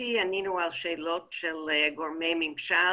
בתגובתי ענינו על שאלות של גורמי ממשל